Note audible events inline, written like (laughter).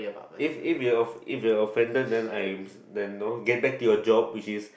if if you are if you are offended then I am (noise) then you know get back to your job which is